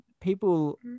people